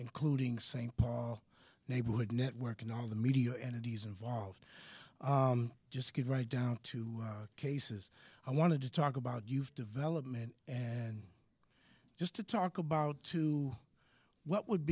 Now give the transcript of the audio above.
including same neighborhood network and all of the media entities involved just get right down to cases i want to talk about you've development and just to talk about two what would